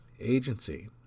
agency